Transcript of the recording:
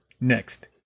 next